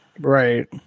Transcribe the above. right